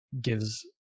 gives